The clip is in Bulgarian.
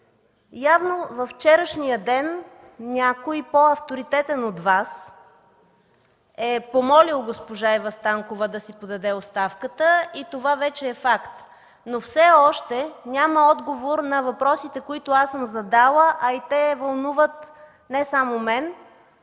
Явно във вчерашния ден някой по-авторитетен от Вас е помолил госпожа Ива Станкова да си подаде оставката и това вече е факт. Но все още няма отговор на въпросите, които аз съм задала – те вълнуват не само мен,